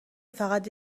فقط